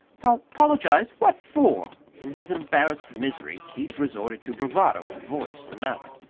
pol pologize? what for? in his embarrassed misery keith resorted to bravado in voice and manner.